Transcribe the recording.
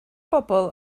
bobl